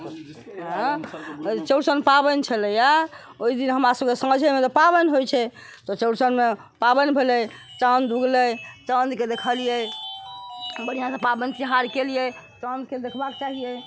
चौड़चन पाबनि छलैया ओहि दिन हमरासब के साँझे मे तऽ पाबनि होइ छै तऽ चौड़चन मे पाबनि भेलै चाँद उगलै चाँद के देखलियै बढ़िऑं से पाबनि तिहार केलियै चाँद के देखबा के चाही